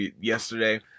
yesterday